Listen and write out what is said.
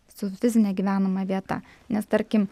su fizine gyvenama vieta nes tarkim